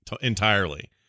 entirely